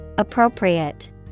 Appropriate